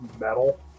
metal